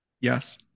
Yes